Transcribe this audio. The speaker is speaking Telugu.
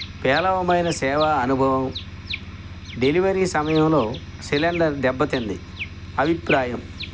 పేలవమైన సేవా అనుభవం డెలివరీ సమయంలో సిలిండర్ దెబ్బతిన్నది అభిప్రాయం